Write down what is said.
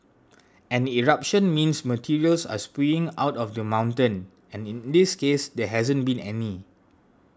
an eruption means materials are spewing out of the mountain and in this case there hasn't been any